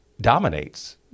dominates